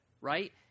right